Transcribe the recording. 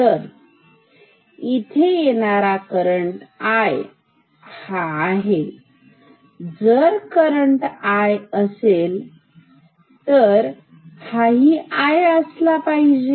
तर इथे येणारा करंट हा आहे जर करंट असेल तर हाही आहे असलाच पाहिजे